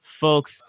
folks